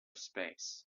space